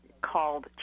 called